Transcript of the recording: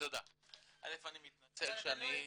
לא היית בהתחלה,